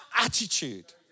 attitude